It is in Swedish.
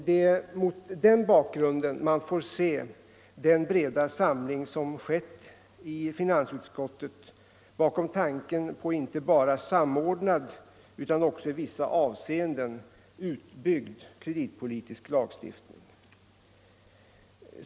Det är mot den bakgrunden man får se den breda samling som skett i finansutskottet bakom tanken på en inte bara samordnad utan också i vissa avseenden utbyggd kreditpolitisk lagstiftning.